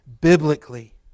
biblically